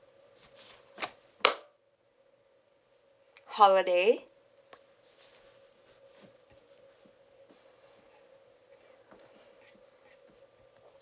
holiday